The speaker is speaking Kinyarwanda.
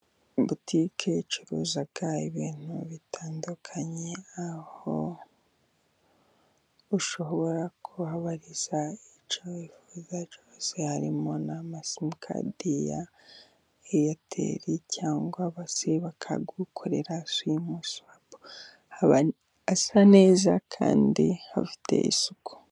Botike icuruza ibintu bitandukanye, aho ushobora kuhabariza icyo wifuza cyose harimo n'amasimukadi ya ayateri cyangwa se bakagukorera simuswapu. Aba asa neza kandi afite isuku.